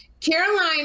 Caroline